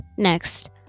Next